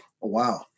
Wow